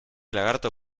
lagarto